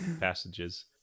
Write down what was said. passages